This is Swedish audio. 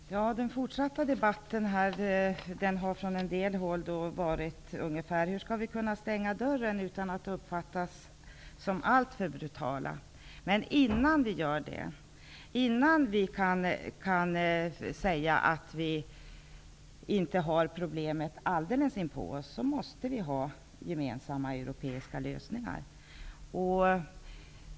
Herr talman! Den fortsatta debatten har från en del håll ungefär gått ut på hur vi skulle kunna stänga dörren utan att uppfattas som alltför brutala. Innan vi stänger dörren, innan vi kan säga att vi inte har problemet alldeles in på oss, måste vi söka gemensamma europeiska lösningar.